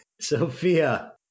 Sophia